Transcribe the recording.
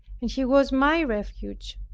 and he was my refuge.